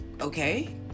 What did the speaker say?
okay